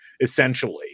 essentially